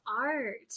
art